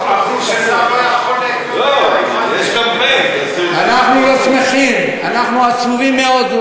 אנחנו לא שמחים, אנחנו עצובים מאוד.